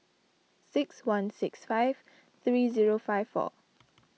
six one six five three zero five four